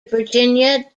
virginia